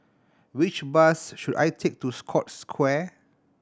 which bus should I take to Scotts Square